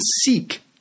seek